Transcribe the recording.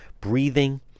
breathing